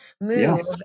move